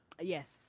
yes